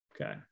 Okay